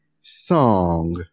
song